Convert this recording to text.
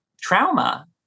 trauma